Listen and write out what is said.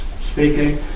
speaking